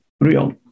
real